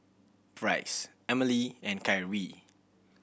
Price Emilee and Kyree